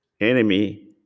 enemy